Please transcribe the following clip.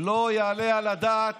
לא יעלה על הדעת